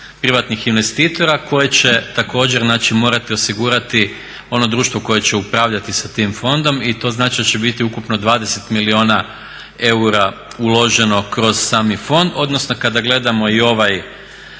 privatnih investitora koje će također znači morati osigurati ono društvo koje će upravljati sa tim fondom. To znači da će biti ukupno 20 milijuna eura uloženo kroz sami fond, odnosno kada gledamo i ovaj